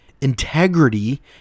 integrity